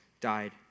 died